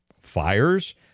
fires